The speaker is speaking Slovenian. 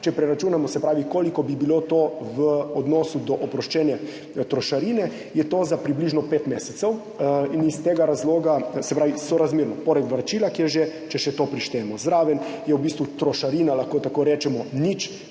so relevantni – koliko bi bilo to v odnosu do oproščene trošarine, je to za približno pet mesecev. In iz tega razloga, se pravi sorazmerno poleg vračila, ki je že, če še to prištejemo zraven, je v bistvu trošarina, lahko tako rečemo, 0